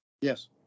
Yes